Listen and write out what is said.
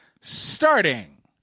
starting